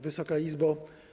Wysoka Izbo!